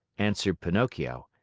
answered pinocchio.